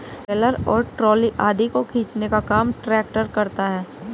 trailer और trolley आदि को खींचने का काम ट्रेक्टर करता है